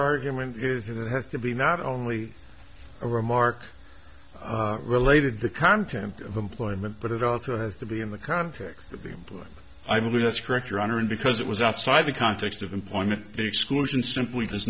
argument is that it has to be not only a remark related the content of employment but it also has to be in the context of the employer i believe that's correct your honor and because it was outside the context of employment the exclusion simply does